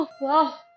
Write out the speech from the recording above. Wow